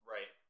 Right